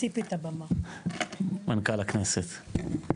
מנכ"ל הכנסת.